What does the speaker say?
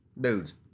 dudes